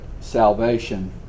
salvation